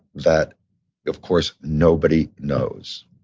that of course nobody knows.